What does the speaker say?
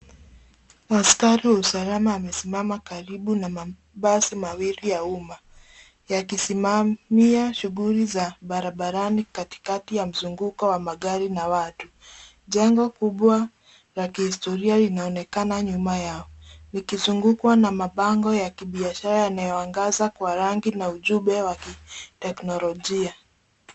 Askari wa usalama amesimama karibu na mabasi mawili ya umma yakisimamia shughuli za barabarani katikati ya mzunguko wa magari na watu. Jengo kubwa la kihistoria linaonekana nyuma yao likizungukwa na mabango ya kibiashara yanayoangaza kwa rangi na ujumbe wa kiteknolojia.